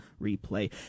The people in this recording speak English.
Replay